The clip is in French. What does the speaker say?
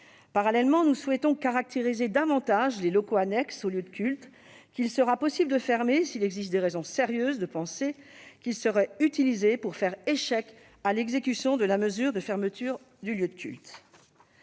Parallèlement, nous souhaitons caractériser davantage les locaux annexes au lieu de culte qu'il sera possible de fermer s'il existe des raisons sérieuses de penser qu'ils seraient utilisés pour faire échec à l'exécution de la mesure de fermeture du lieu de culte.